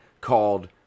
called